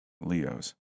Leo's